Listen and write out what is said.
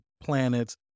planets